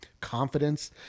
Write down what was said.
confidence